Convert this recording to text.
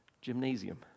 gymnasium